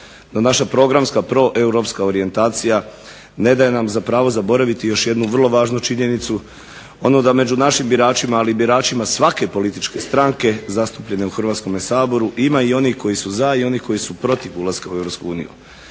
naša programska proeuropska orijentacija ne daje nam za pravo zaboraviti još jednu vrlo važnu činjenicu, onu da među našim biračima, ali i biračima svake političke stranke zastupljene u Hrvatskome saboru ima i onih koji su za i onih koji su protiv ulaska u EU.